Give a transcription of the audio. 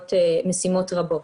משימות רבות.